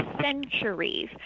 centuries